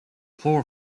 plural